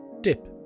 dip